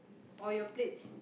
or your plates